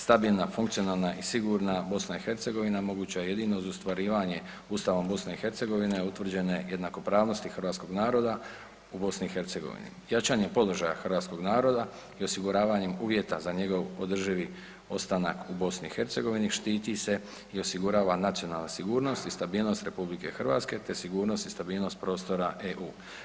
Stabilna, funkcionalna i sigurna BiH moguća je jedino uz ostvarivanje Ustavom BiH utvrđene jednakopravnosti hrvatskog naroda u BiH, jačanjem položaja hrvatskog naroda i osiguravanjem uvjeta za njegov održivi ostanak u BiH štiti se i osigurava nacionalna sigurnost i stabilnost RH te sigurnost i stabilnost prostora EU.